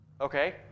Okay